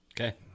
Okay